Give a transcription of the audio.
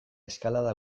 eskalada